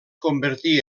convertí